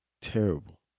terrible